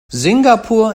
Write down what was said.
singapur